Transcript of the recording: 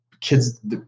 kids